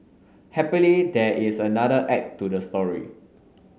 happily there is another act to the story